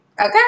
Okay